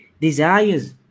desires